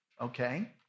okay